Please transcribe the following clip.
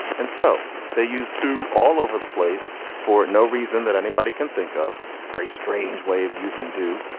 and so they use do all over the place for no reason that anybody can think of. it's a very strange way of using do,